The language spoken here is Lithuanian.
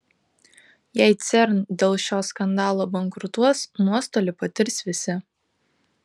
jei cern dėl šio skandalo bankrutuos nuostolį patirs visi